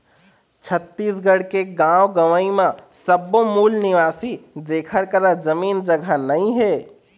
छत्तीसगढ़ के गाँव गंवई म सब्बो मूल निवासी जेखर करा जमीन जघा नइ हे